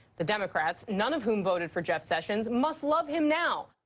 the democrats none of whom voted for jeff sessions must love him now.